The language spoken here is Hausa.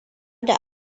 da